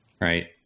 Right